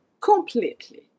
completely